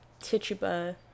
Tichuba